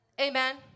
Amen